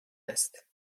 است